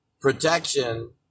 protection